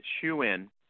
chew-in